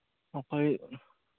ꯑꯩꯈꯣꯏ